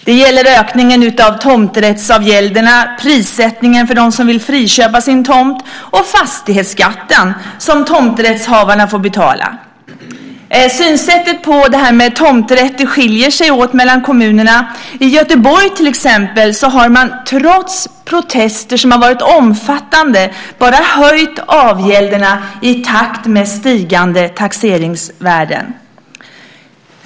Det gäller ökningen av tomträttsavgälderna, prissättningen för dem som vill friköpa sin tomt och fastighetsskatten som tomträttshavarna får betala. Synsättet på tomträtter skiljer sig åt mellan kommunerna. I till exempel Göteborg har man trots omfattande protester höjt avgälderna i takt med stigande taxeringsvärden.